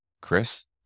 Chris